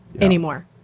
anymore